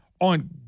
on